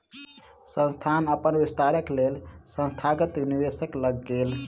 संस्थान अपन विस्तारक लेल संस्थागत निवेशक लग गेल